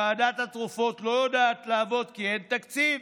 ועדת התרופות לא יודעת לעבוד כי אין תקציב,